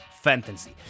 Fantasy